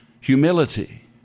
humility